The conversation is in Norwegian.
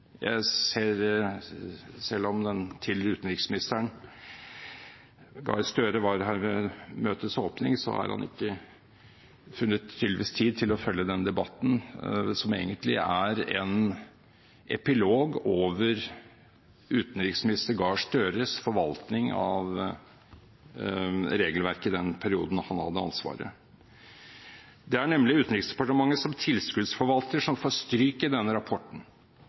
Jeg ser at selv om tidligere utenriksminister Gahr Støre var her ved møtets åpning, har han tydeligvis ikke funnet tid til å følge denne debatten, som egentlig er en epilog over utenriksminister Gahr Støres forvaltning av regelverket i den perioden han hadde ansvaret. Det er nemlig Utenriksdepartementet som tilskuddsforvalter som får stryk i denne rapporten.